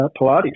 Pilates